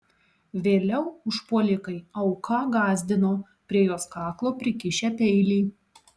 vėliau užpuolikai auką gąsdino prie jos kaklo prikišę peilį